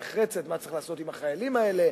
ונחרצת מה צריך לעשות עם החיילים האלה,